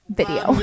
Video